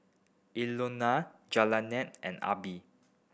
Elenor Jaylynn and Abie